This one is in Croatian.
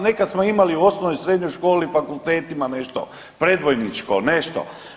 Nekad smo imali u osnovnoj i srednjoj školi, fakultetima nešto predvojničko nešto.